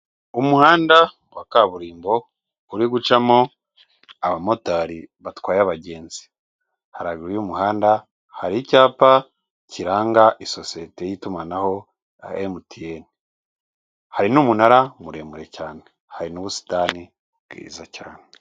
Umuhanda wa kaburimbo uri gucamo abamotari batwaye abagenzi, haraguru y'umuhanda hari icyapa kiranga isosiyete y'itumanaho ya MTN, hari n'umunara muremure cyane, hari n'ubusitani bwiza cyane.